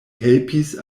helpis